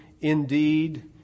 indeed